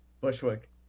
Bushwick